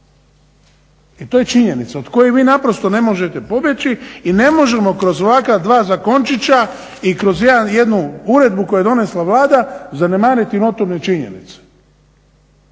I to je činjenica od koje vi naprosto ne možete pobjeći i ne možemo kroz ovakva dva zakončića i kroz jednu uredbu koju je donesla Vlada zanemariti notorne činjenice,